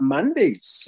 Mondays